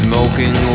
Smoking